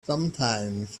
sometimes